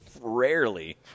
Rarely